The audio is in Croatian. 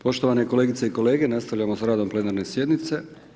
Poštovane kolegice i kolege, nastavljamo s radom plenarne sjednice.